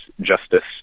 justice